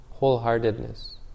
Wholeheartedness